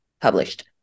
published